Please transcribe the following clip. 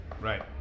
Right